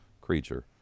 creature